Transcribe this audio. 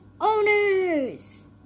Owners